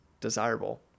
desirable